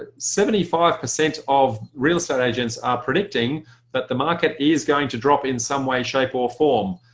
ah seventy five percent of real estate agents predicting that the market is going to drop in some way shape or form.